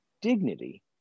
dignity